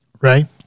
right